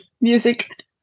music